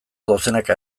dozenaka